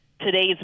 today's